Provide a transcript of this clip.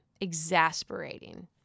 exasperating